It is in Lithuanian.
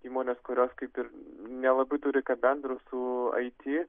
įmonės kurios kaip ir nelabai turi ką bendro su ai tį